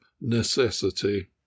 necessity